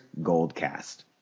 Goldcast